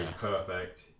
perfect